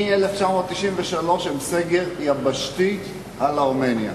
מ-1993 הם עם סגר יבשתי על ארמניה.